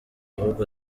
ahubwo